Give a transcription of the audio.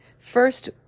First